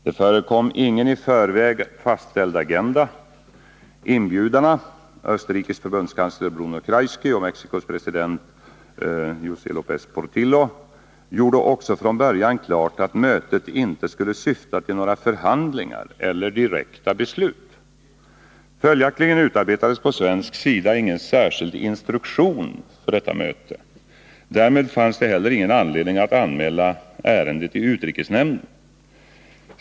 Det förekom ingen i förväg fastställd agenda. Inbjudarna, Österrikes förbundskansler Bruno Kreisky och Mexicos president José Löpez Portillo, gjorde också från början klart att mötet inte skulle syfta till några förhandlingar eller direkta beslut. Följaktligen utarbetades på svensk sida ingen särskild instruktion för mötet. Därmed fanns det heller ingen anledning att anmäla ärendet i utrikesnämnden.